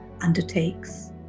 undertakes